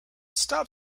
stop